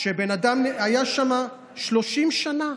שבן אדם היה שם 30 שנה.